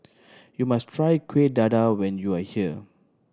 you must try Kuih Dadar when you are here